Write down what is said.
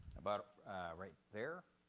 about right there?